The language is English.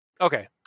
Okay